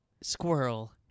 squirrel